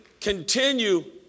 continue